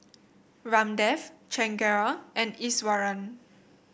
Ramdev Chengara and Iswaran